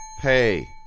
hey